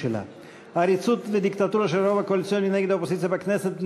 עריצות ודיקטטורה של הרוב הקואליציוני נגד האופוזיציה בכנסת,